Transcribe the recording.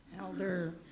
Elder